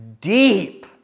deep